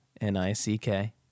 N-I-C-K